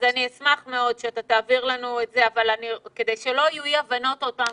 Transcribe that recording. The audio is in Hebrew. אז אני אשמח מאוד שתעביר לנו את זה אבל כדי שלא יהיו אי הבנות עוד פעם,